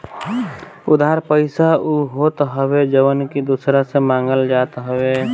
उधार पईसा उ होत हअ जवन की दूसरा से मांगल जात हवे